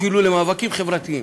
אפילו למאבקים חברתיים.